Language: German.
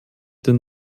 den